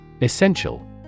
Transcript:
Essential